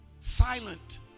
silent